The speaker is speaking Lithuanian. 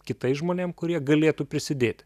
kitais žmonėm kurie galėtų prisidėti